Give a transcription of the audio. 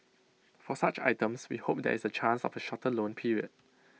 for such items we hope there is A chance of A shorter loan period